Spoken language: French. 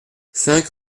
cinq